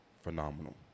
phenomenal